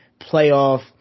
playoff